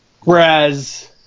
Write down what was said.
Whereas